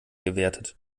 gewertet